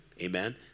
amen